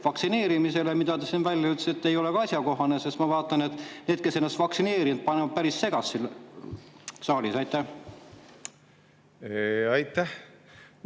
vaktsineerimisele, mis te siin välja ütlesite, ei ole ka asjakohane, sest ma vaatan, et need, kes ennast on vaktsineerinud, panevad päris segast siin saalis. Aitäh,